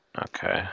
Okay